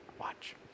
Watch